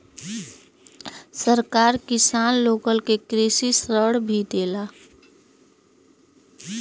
सरकार किसान लोगन के कृषि ऋण भी देला